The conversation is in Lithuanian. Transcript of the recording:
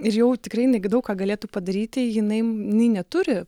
ir jau tikrai jinai gi daug ką galėtų padaryti jinai jinai neturi